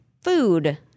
food